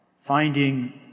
finding